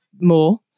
more